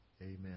Amen